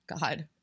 God